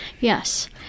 Yes